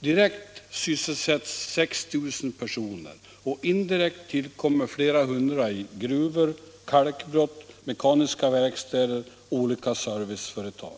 Direkt sysselsätts 6 000 personer och indirekt tillkommer flera hundra i gruvor, kalkbrott, mekaniska verkstäder och olika serviceföretag.